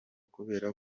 kubera